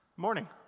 morning